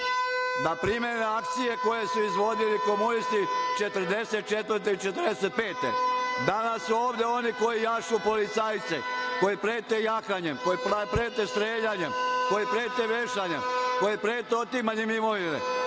primene akcije koje su izvodili komunisti 1944. i 1945. godine. Danas su ovde oni koji jašu policajce, koji prete jahanjem, koji prete streljanjem, koji prete vešanjem, koji prete otimanjem imovine.